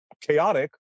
chaotic